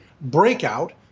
breakout